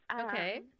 Okay